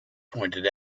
pointed